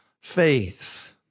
faith